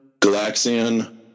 Galaxian